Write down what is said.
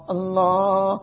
Allah